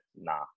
nah